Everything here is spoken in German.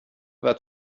war